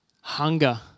hunger